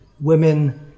women